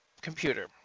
computer